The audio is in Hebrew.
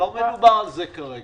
אבל לא מדובר על זה כרגע.